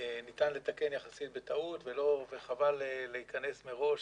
ניתן לתקן יחסית בקלות וחבל להיכנס מראש